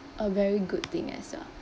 a very good thing as well